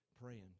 praying